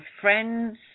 friends